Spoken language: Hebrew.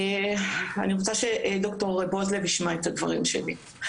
אני רוצה שד"ר בועז לב ישמע את הדברים שלי.